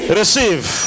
receive